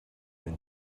than